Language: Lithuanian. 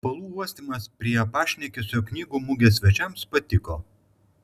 kvepalų uostymas prie pašnekesio knygų mugės svečiams patiko